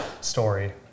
story